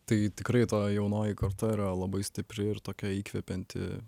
tai tikrai ta jaunoji karta yra labai stipri ir tokia įkvepianti